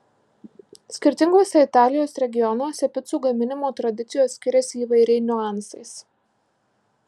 skirtinguose italijos regionuose picų gaminimo tradicijos skiriasi įvairiai niuansais